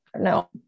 No